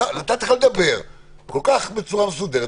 נתתי לך לדבר בצורה כל כך מסודרת,